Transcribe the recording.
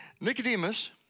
Nicodemus